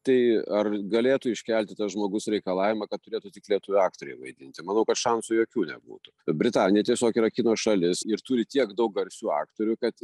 tai ar galėtų iškelti tas žmogus reikalavimą kad turėtų tik lietuvių aktoriai vaidinti manau kad šansų jokių nebūtų britanija tiesiog yra kino šalis ir turi tiek daug garsių aktorių kad